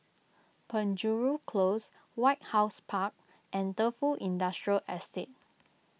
Penjuru Close White House Park and Defu Industrial Estate